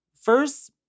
First